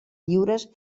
lliures